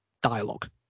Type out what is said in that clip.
dialogue